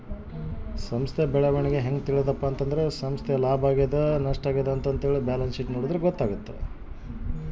ಸಂಸ್ಥ ಬೆಳವಣಿಗೇನ ಹೆಂಗ್ ತಿಳ್ಯೇದು